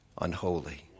unholy